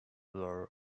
were